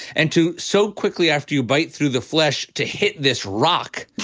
and to so quickly after you bite through the flesh, to hit this rock.